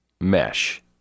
mesh